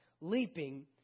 leaping